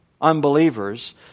unbelievers